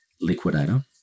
liquidator